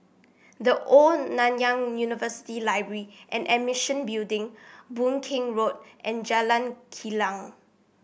The Old Nanyang University Library and Building Boon King Road and Jalan Kilang